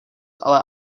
ale